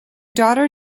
daughter